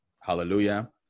Hallelujah